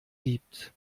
gibt